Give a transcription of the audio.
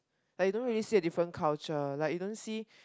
like you don't really see a different culture like you don't see